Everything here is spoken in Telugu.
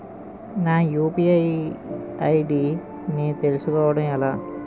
నా యు.పి.ఐ ఐ.డి ని తెలుసుకోవడం ఎలా?